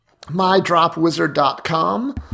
mydropwizard.com